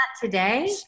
today